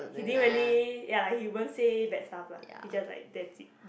he didn't really ya lah he won't say bad stuff lah he just like that's it that